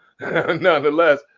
Nonetheless